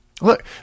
Look